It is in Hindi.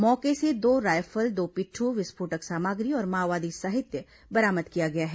मौके से दो रायफल दो पिट्ठू विस्फोटक सामग्री और माओवादी साहित्य बरामद किया गया है